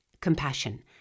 Compassion